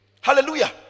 hallelujah